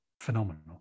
phenomenal